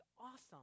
awesome